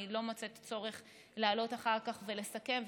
אני לא מוצאת צורך לעלות אחר כך ולסכם,